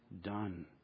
done